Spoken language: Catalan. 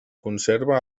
conserva